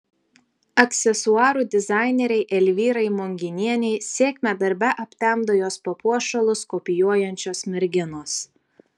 aksesuarų dizainerei elvyrai monginienei sėkmę darbe aptemdo jos papuošalus kopijuojančios merginos